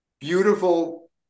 beautiful